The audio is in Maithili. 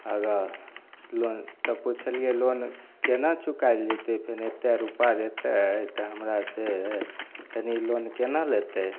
आगा लोन तऽ पुछलियै लोन केना चुकायल जेतय फेन एते रूपा देतय तऽ हमरासँ फेन ई लोन केना लेतय